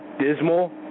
dismal